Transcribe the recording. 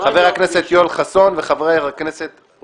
חבר הכנסת יואל חסון וחבר הכנסת רועי פולקמן.